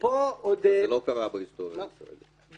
וזה לא קרה בהיסטוריה הישראלית.